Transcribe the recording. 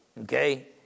Okay